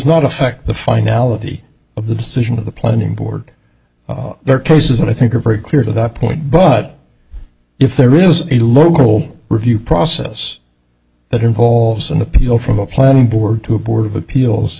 not affect the finality of the decision of the planning board there are cases that i think are very clear to that point but if there is a local review process that involves an appeal from a plan board to a board of appeals